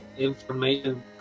information